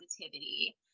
positivity